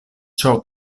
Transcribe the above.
ciò